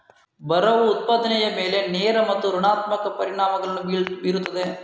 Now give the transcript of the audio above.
ಬರವು ಉತ್ಪಾದನೆಯ ಮೇಲೆ ನೇರ ಮತ್ತು ಋಣಾತ್ಮಕ ಪರಿಣಾಮಗಳನ್ನು ಬೀರುತ್ತದೆ